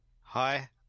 Hi